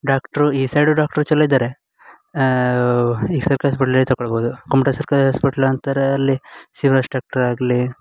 doctor ಈ side doctor ಚಲೋ ಇದ್ದಾರೆ ಈ ತಕೊಳ್ಬೌದು ಕುಮಟಾ ಸರ್ಕಾರಿ ಆಸ್ಪೆಟ್ಲ್ ಅಂತಾರೆ ಅಲ್ಲಿ ಆಗಲಿ